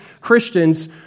Christians